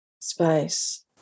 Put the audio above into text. space